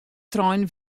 trein